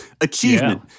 achievement